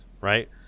right